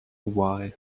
why